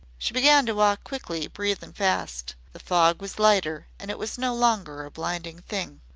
she began to walk quickly, breathing fast. the fog was lighter, and it was no longer a blinding thing.